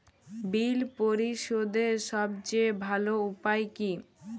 বিল পরিশোধের সবচেয়ে ভালো উপায় কী?